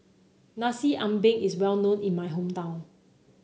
Nasi Ambeng is well known in my hometown